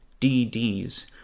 DDs